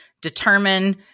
determine